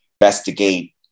investigate